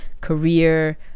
career